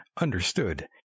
Understood